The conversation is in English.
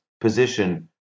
position